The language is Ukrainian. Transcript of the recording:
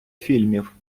фільмів